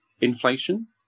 inflation